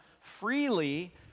freely